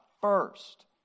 first